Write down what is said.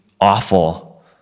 awful